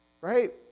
Right